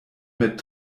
mit